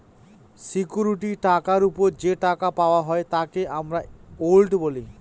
security টাকার ওপর যে টাকা পাওয়া হয় তাকে আমরা ইল্ড বলি